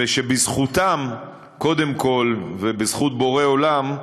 ושבזכותם קודם כול, ובזכות בורא עולם,